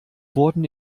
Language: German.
wurden